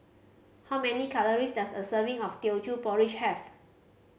how many calories does a serving of Teochew Porridge have